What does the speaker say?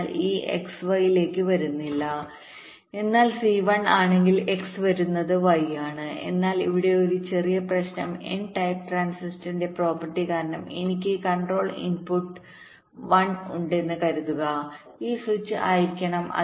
അതിനാൽ ഈ X Y ലേക്ക് വരുന്നില്ല എന്നാൽ C 1 ആണെങ്കിൽ X വരുന്നത് Y ആണ് എന്നാൽ ഇവിടെ ഒരു ചെറിയ പ്രശ്നം n ടൈപ്പ് ട്രാൻസിസ്റ്ററിന്റെ പ്രോപ്പർട്ടി കാരണം എനിക്ക് കൺട്രോൾ ഇൻപുട്ട്1 ഉണ്ടെന്ന് കരുതുക ഈ സ്വിച്ച് ആയിരിക്കണം